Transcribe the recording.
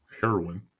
Heroin